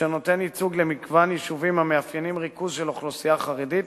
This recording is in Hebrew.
שנותן ייצוג למגוון יישובים המאפיינים ריכוז של אוכלוסייה חרדית,